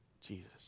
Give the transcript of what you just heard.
Jesus